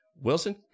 Wilson